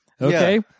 Okay